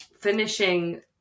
finishing